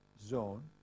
zone